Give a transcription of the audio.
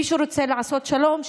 מי שרוצה לעשות שלום,